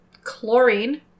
chlorine